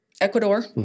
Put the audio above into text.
Ecuador